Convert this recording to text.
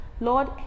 Lord